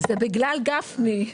זה בגלל גפני.